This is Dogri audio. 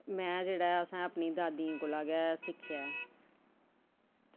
ते में जेह्ड़ा ऐ अपनी दादी कोला गै सिक्खेआ ऐ